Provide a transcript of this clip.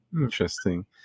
Interesting